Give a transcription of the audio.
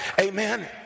Amen